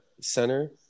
center